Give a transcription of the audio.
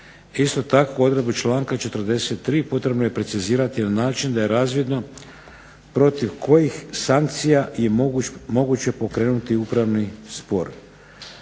Isto tako odredbu članka 43. potrebno je precizirati na način da je razvidno protiv kojih sankcija je moguće pokrenuti upravni spor.